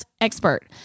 expert